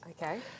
Okay